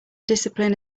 discipline